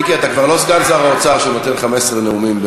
מיקי, אתה כבר לא סגן שר האוצר שנותן 15 נאומים.